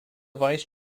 vice